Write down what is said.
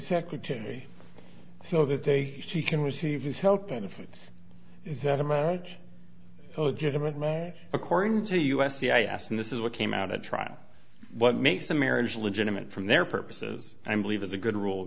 secretary so that they he can receive his health benefits is that a marriage oh give them a according to u s c i asked and this is what came out at trial what makes a marriage legitimate from their purposes i believe is a good rule